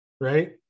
Right